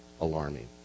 alarming